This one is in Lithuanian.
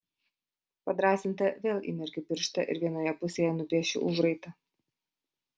padrąsinta vėl įmerkiu pirštą ir vienoje pusėje nupiešiu užraitą